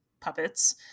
puppets